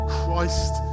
christ